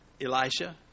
Elisha